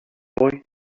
boy